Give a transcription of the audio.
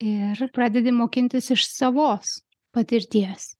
ir pradedi mokintis iš savos patirties